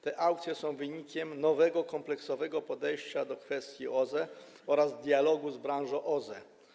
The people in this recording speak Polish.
Te aukcje są wynikiem nowego, kompleksowego podejścia do kwestii OZE oraz dialogu z branżą OZE.